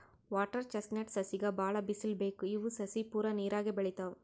water chestnut ಸಸಿಗ್ ಭಾಳ್ ಬಿಸಲ್ ಬೇಕ್ ಇವ್ ಸಸಿ ಪೂರಾ ನೀರಾಗೆ ಬೆಳಿತಾವ್